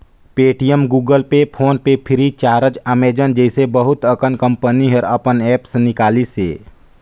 Paytm, Google Pay, PhonePe Freecharge, Amazon जइसे बहुत अकन कंपनी हर अपन ऐप्स निकालिसे